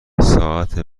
ساعت